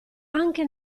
anche